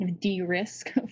de-risk